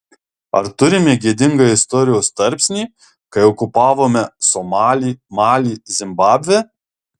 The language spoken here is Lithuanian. ar turime gėdingą istorijos tarpsnį kai okupavome somalį malį zimbabvę